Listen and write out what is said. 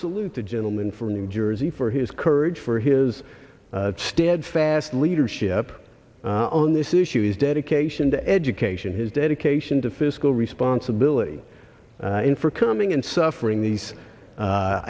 salute the gentleman from new jersey for his courage for his steadfast leadership on this issue his dedication to education his dedication to fiscal responsibility in for coming and suffering these